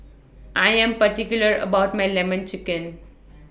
I Am particular about My Lemon Chicken